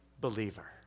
believer